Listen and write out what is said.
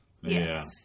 Yes